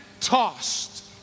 tossed